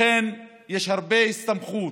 לכן, יש הרבה הסתמכות